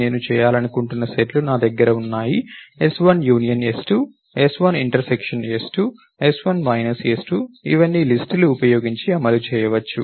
నేను చేయాలనుకుంటున్న సెట్లు నా దగ్గర ఉన్నాయి s1 union s2 s1 intersection s2 s1 minus s2 ఇవన్నీ లిస్ట్ లు ఉపయోగించి అమలు చేయవచ్చు